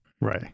right